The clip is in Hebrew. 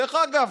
דרך אגב,